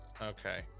Okay